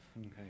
Okay